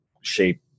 shape